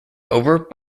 over